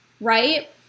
right